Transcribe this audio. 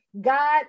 God